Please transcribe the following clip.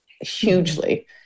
hugely